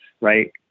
right